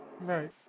Right